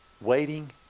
Waiting